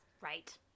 Right